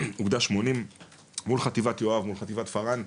אוגדה 80 מול חטיבת יואב ומול חטיבת פארן.